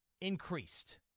increased